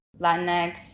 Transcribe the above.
Latinx